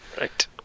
Right